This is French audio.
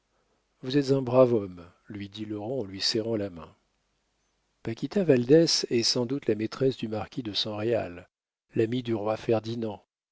vous êtes un brave homme lui dit laurent en lui serrant la main paquita valdès est sans doute la maîtresse du marquis de san réal l'ami du roi ferdinand